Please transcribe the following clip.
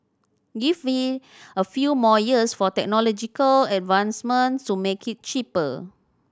give it a few more years for technological advancement to make it cheaper